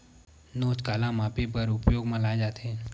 नोच काला मापे बर उपयोग म लाये जाथे?